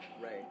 Right